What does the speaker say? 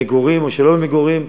במגורים או שלא במגורים,